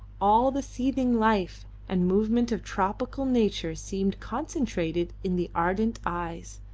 all the seething life and movement of tropical nature seemed concentrated in the ardent eyes,